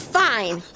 fine